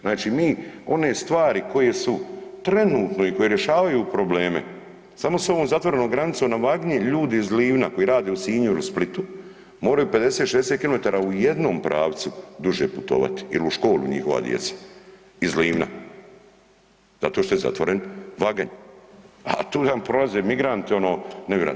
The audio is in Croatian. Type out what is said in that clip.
Znači mi one stvari koje su trenutno i koje rješavaju probleme, samo s ovom zatvorenom granicom na Vagnji ljudi iz Livna koji rade u Sinju ili Splitu moraju 50, 60 km u jednom pravcu duže putovati ili u školu njihova djeca iz Livna, zato što je zatvoren Vaganj, a tu nam prolaze migranti ono nevjerojatno.